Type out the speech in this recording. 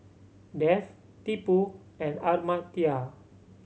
Dev Tipu and Amartya